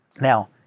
now